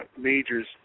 majors